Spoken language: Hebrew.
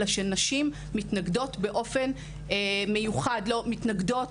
אלא שנשים מתנגדות באופן מיוחד; מתנגדות